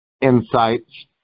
insights